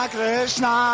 Krishna